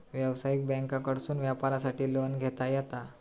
व्यवसायिक बँकांकडसून व्यापारासाठी लोन घेता येता